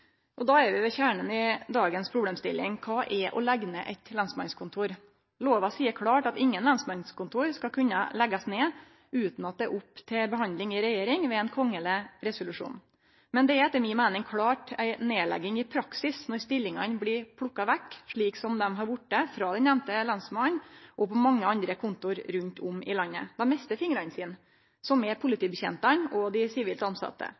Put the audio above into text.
handflata. Då blir det ikkje igjen mange argument for ikkje å ta resten. Da er vi ved kjernen i dagens problemstilling: Kva er å leggje ned eit lensmannskontor? Lova seier klart at ingen lensmannskontor skal ein kunne leggje ned utan at det er oppe til behandling i regjering, ved ein kongeleg resolusjon. Men det er etter mi meining klart ei nedlegging i praksis når stillingane blir plukka vekk slik som dei har vorte frå den nemnte lensmannen, og på mange andre kontor rundt om i landet. Dei mister fingrane sine, som er politibetjentane og dei